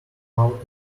out